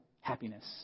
happiness